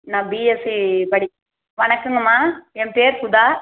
நான் பிஎஸ்சி படிக் வணக்கங்கம்மா என் பேர் சுதா